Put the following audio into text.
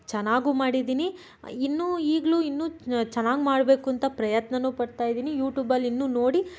ಚೆನ್ನಾಗೂ ಮಾಡಿದೀನಿ ಇನ್ನೂ ಈಗಲೂ ಇನ್ನೂ ಚೆನ್ನಾಗಿ ಮಾಡಬೇಕುಂತ ಪ್ರಯತ್ನನೂ ಪಡ್ತಾಯಿದೀನಿ ಯೂಟೂಬಲ್ಲಿ ಇನ್ನೂ ನೋಡಿ